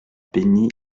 béni